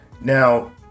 Now